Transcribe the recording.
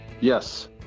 Yes